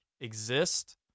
exist